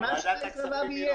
אבל מה הוא יהיה?